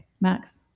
Max